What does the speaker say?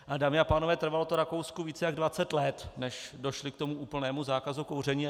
Ale dámy a pánové, trvalo to Rakousku více než 20 let, než došli k úplnému zákazu kouření.